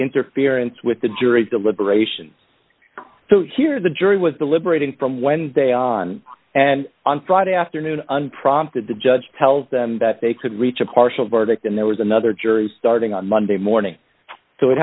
interference with the jury's deliberations here the jury was deliberating from wednesday on and on friday afternoon unprompted the judge tells them that they could reach a partial verdict and there was another jury starting on monday morning so it